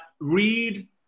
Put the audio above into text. Read